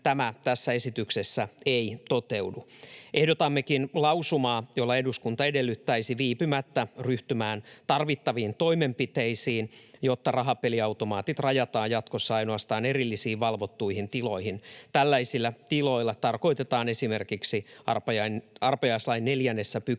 Tämä tässä esityksessä ei toteudu. Ehdotammekin lausumaa, jolla eduskunta edellyttäisi viipymättä ryhtymään tarvittaviin toimenpiteisiin, jotta rahapeliautomaatit rajataan jatkossa ainoastaan erillisiin valvottuihin tiloihin. Tällaisilla tiloilla tarkoitetaan esimerkiksi arpajaislain 4 §:ssä